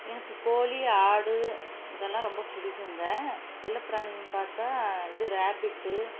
எனக்கு கோழி ஆடு இதெல்லாம் ரொம்ப பிடிக்குங்க செல்லப் பிராணியின் பார்த்தா இது ரேப்பிட்டு